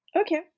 Okay